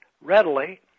readily